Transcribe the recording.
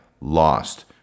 lost